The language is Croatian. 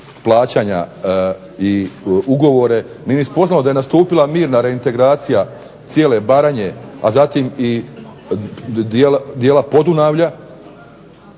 plaćanja i ugovore, nije ni spoznalo da je nastupila mirna reintegracija cijele Baranje, a zatim i dijela Podunavlja